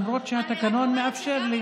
למרות שהתקנון מאפשר לי.